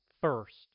First